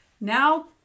now